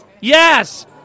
Yes